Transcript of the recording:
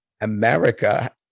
America